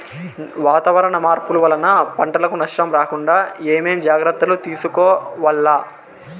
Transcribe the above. వాతావరణ మార్పులు వలన పంటలకు నష్టం రాకుండా ఏమేం జాగ్రత్తలు తీసుకోవల్ల?